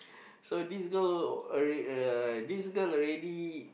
so this girl uh this girl already